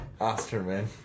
Osterman